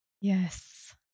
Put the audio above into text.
yes